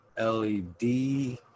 LED